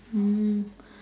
um